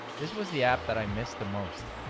this was the app that i missed the most.